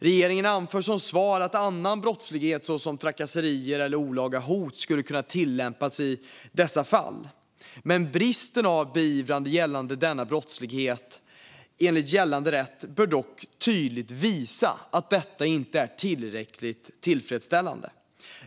Regeringen anför som svar att annan brottslighet såsom trakasseri eller olaga hot skulle kunna tillämpas i dessa fall. Men bristen på beivrande i fråga om denna brottslighet enligt gällande rätt bör dock tydligt visa att detta inte är tillräckligt tillfredsställande.